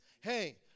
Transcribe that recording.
Hey